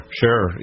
sure